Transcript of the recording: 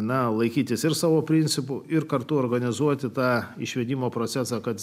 na laikytis ir savo principų ir kartu organizuoti tą išvedimo procesą kad